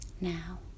Now